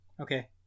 Okay